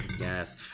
Yes